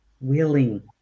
Willing